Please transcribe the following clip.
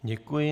Děkuji.